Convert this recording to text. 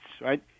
right